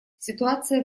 ситуация